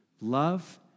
love